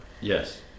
Yes